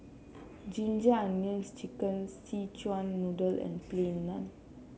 Ginger Onions chicken Szechuan Noodle and Plain Naan